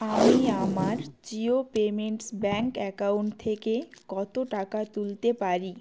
আমি আমার Jio payments bank account থেকে কতো টাকা তুলতে পারি